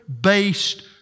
based